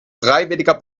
freiwilliger